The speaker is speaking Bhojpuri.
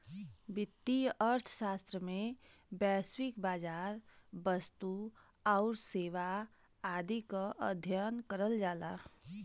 वित्तीय अर्थशास्त्र में वैश्विक बाजार, वस्तु आउर सेवा आदि क अध्ययन करल जाला